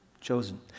chosen